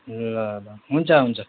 ल ल हुन्छ हुन्छ